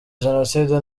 jenoside